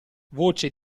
voce